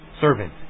Servant